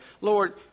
Lord